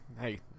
Hey